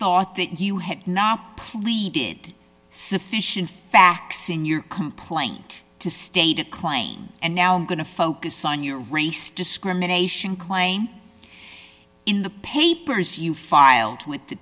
thought that you had not pleaded sufficient facts in your complaint to state a claim and now i'm going to focus on your race discrimination claim in the papers you filed with the